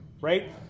right